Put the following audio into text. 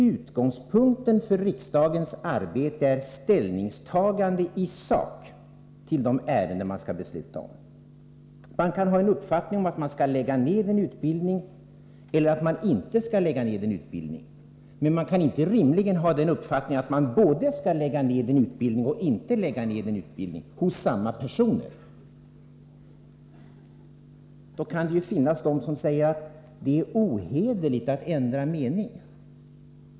Utgångspunkten för riksdagens arbete är ställningstagande i sak till de ärenden man har att besluta om. Man kan ha en uppfattning om att en utbildning skall läggas ned eller inte läggas ned, men samma person kan rimligen inte ha den uppfattningen att utbildningen både skall läggas ned och inte läggas ned. Det kan finnas de som säger att det är ohederligt att ändra mening.